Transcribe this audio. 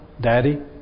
Daddy